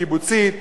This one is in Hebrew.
קיבוצית,